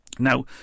Now